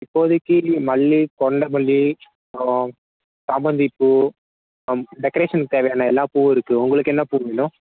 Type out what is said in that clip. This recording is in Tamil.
இப்போதிக்கு மல்லி கொண்டை மல்லி அப்புறோம் சாமந்தி பூ டெக்கரேஷனுக்கு தேவையான எல்லா பூவும் இருக்கு உங்களுக்கு என்ன பூ வேணும்